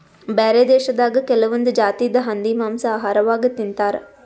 ಬ್ಯಾರೆ ದೇಶದಾಗ್ ಕೆಲವೊಂದ್ ಜಾತಿದ್ ಹಂದಿ ಮಾಂಸಾ ಆಹಾರವಾಗ್ ತಿಂತಾರ್